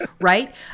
right